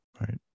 Right